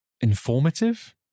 informative